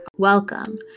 Welcome